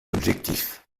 objectifs